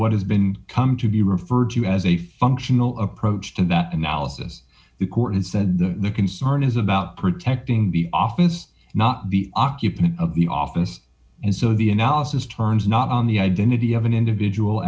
what has been come to be referred to as a functional approach to that analysis the court has said the concern is about protecting the office not the occupant of the office and so the analysis turns not on the identity of an individual